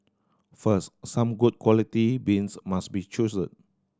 first some good quality beans must be chosen